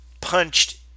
punched